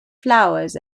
flowers